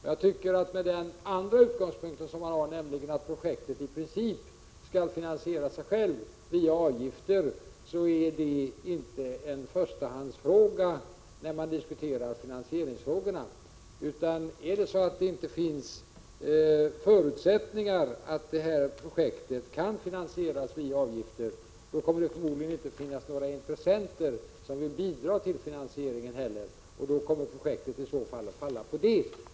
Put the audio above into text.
Med tanke på den andra utgångspunkten, nämligen att projektet i princip skall finansiera sig självt via avgifter, är detta inte en förstahandsfråga när man diskuterar finansieringen. Finns det inte förutsättningar för att projektet kan finansieras via avgifter, kommer det förmodligen inte heller att finnas några intressenter som vill bidra till finansieringen. Då kommer projektet att falla på detta.